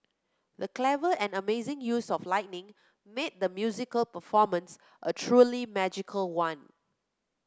the clever and amazing use of lighting made the musical performance a truly magical one